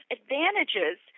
advantages